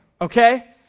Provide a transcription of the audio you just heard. Okay